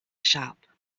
shop